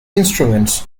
instruments